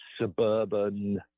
suburban